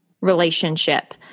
relationship